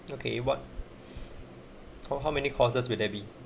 okay what how how many courses will there be